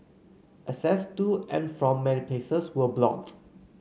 access to and from many places were blocked